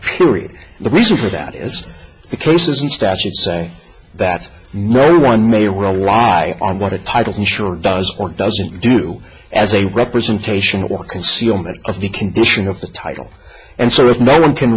period the reason for that is the case isn't statute say that no one may well lie on what a title insurance does or doesn't do as a representation or concealment of the condition of the title and so if no one can